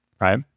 right